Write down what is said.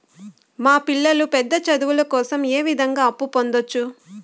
మా పిల్లలు పెద్ద చదువులు కోసం ఏ విధంగా అప్పు పొందొచ్చు?